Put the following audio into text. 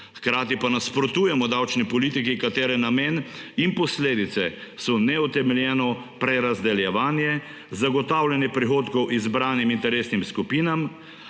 hkrati pa nasprotujemo davčni politiki, katere namen in posledice so neutemeljeno prerazdeljevanje, zagotavljanje prihodkov izbranim interesnim skupinam,